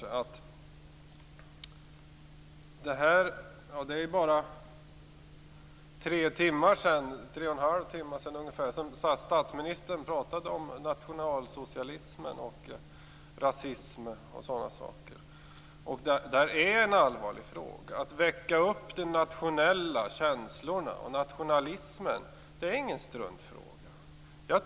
Det är bara tre timmar sedan statsministern pratade om nationalsocialism, rasism och sådana saker. Det är en allvarlig sak att väcka upp nationalismen. Det är ingen struntfråga.